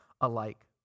alike